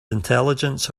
intelligence